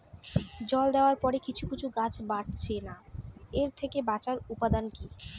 জল দেওয়ার পরে কিছু কিছু গাছ বাড়ছে না এর থেকে বাঁচার উপাদান কী?